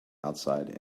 outside